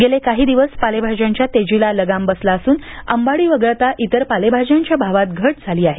गेले काही दिवस पालेभाज्यांच्या तेजीला लगाम बसला असून अंबाडी वगळता इतर पालेभाज्यांच्या भावात घट झाली आहे